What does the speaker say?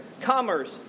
commerce